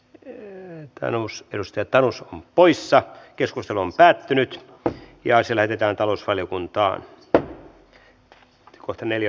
einon talous noste tallus on poissa keskustelu on päättynyt ja se löydetään talousvaliokunta asia lähetettiin talousvaliokuntaan